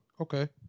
Okay